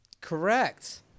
Correct